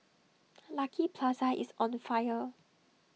Lucky Plaza is on fire